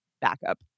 backup